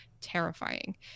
terrifying